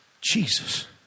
Jesus